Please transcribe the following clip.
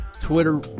Twitter